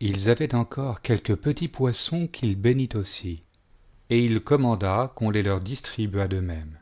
ils avaient encore quelques petits poissons qu'il bénit aussi qu'on même les et il commanda leur distribua d'eux-mêmes